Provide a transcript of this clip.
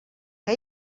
que